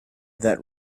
that